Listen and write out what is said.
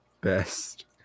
best